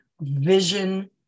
vision